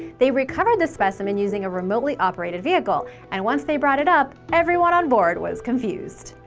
they recovered the specimen using a remotely operated vehicle and once they brought it up, everyone on board was confused.